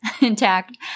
intact